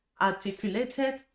Articulated